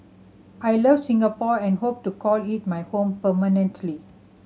I love Singapore and hope to call it my home permanently